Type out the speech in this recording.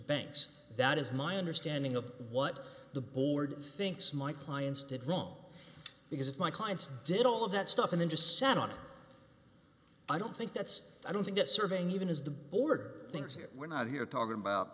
banks that is my understanding of what the board thinks my client's did wrong because if my clients did all of that stuff and then just sat on it i don't think that's i don't think that serving even is the border things here we're not here talking about